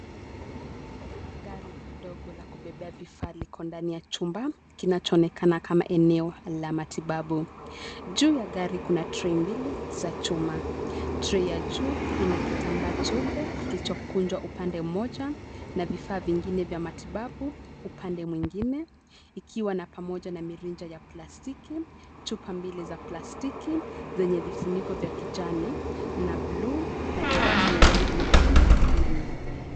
Gari ndogo la kubebea vifaa viko ndani ya chumba kinachoonekana kama eneo la matibabu. Juu ya gari kuna tray mbili za chuma. Tray ya juu ina kitambaa cheupe kililchokunjwa upande mmoja na vifaa vingine vya matibabu upande mwingine ikiwa na pamoja na mirija ya plastiki, chupa mbili za plastiki zenye vifuniko vya kijani na bluu na kifaa chenye rangi nyekundu na nyeupe.